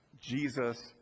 Jesus